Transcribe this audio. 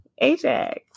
Ajax